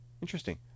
Interesting